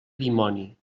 dimoni